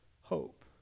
hope